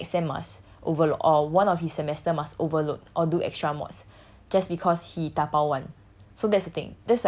but if he don't then he next sem must overload or one of his semester must overload or do extra mods just because he dabao one